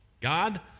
God